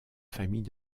famille